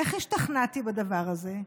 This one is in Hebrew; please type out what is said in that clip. איך השתכנעתי בדבר הזה?